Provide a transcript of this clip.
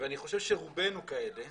ואני חושב שרובנו כאלה.